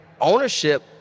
ownership